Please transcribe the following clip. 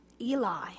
Eli